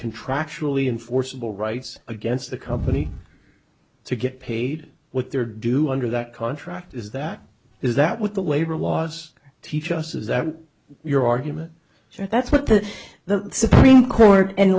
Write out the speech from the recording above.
enforceable rights against the company to get paid what their do under that contract is that is that what the labor was teach us is that your argument that's what the the supreme court and